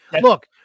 Look